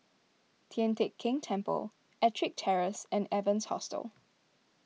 Tian Teck Keng Temple Ettrick Terrace and Evans Hostel